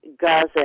gaza